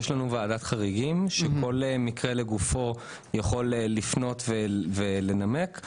יש לנו וועדת חריגים שכל מקרה לגופו יכול לפנות ולנמק.